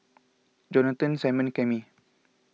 Johnathon Simone and Cami